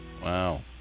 wow